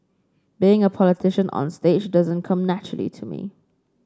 being a politician onstage doesn't come naturally to me